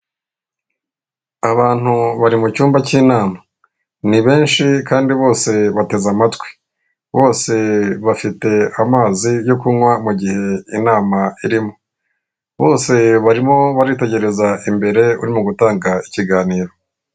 Abantu bari mu cyumba cy'inama, ni benshi kandi bose bateze amatwi, bose bafite amazi yo kunywa mu gihe inama irimo, bose barimo baritegereza imbere urimo gutanga ikiganiro.